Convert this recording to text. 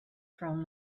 from